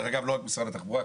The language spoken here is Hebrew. לא רק משרד התחבורה,